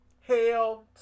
Hell